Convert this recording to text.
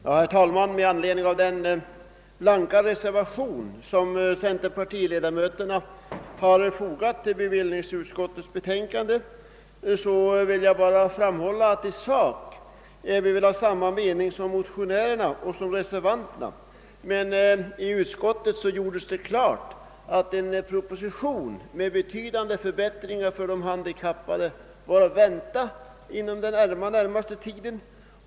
Herr talman! Med anledning av den blanka reservation som centerpartiledamöterna har fogat till bevillningsutskottets betänkande vill jag framhålla att vi väl i sak är av samma mening som motionärerna och reservanterna. I utskottet klargjordes det dock att en proposition med betydande förbättringsförslag för de handikappade var att vänta inom den närmaste tiden.